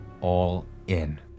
all-in